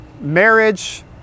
marriage